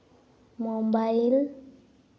mobile